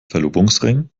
verlobungsring